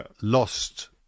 lost